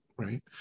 right